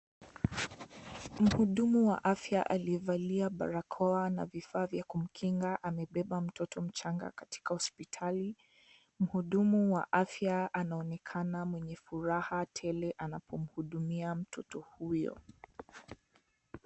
Mhudumu wa afya aliyevalia barakoa na vifaa vya kumkinga amebeba mtoto mchanga katika hospitali, mhudumu wa afya anaonekana mwenye furaha tele anapomhudumia mtoto huyo.